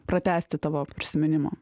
pratęsti tavo prisiminimo